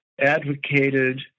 advocated